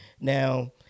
Now